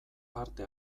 parte